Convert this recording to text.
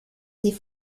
sie